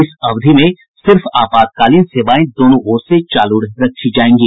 इस अवधि में सिर्फ आपातकालीन सेवाएं दोनों ओर से चालू रखी जाएंगी